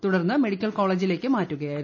തുട്ർണ് medical കോളേജിലേക്ക് മാറ്റുകയായിരുന്നു